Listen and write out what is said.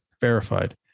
verified